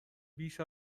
بیش